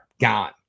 Gone